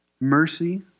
mercy